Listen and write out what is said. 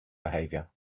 behavior